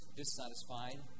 dissatisfied